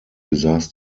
besaß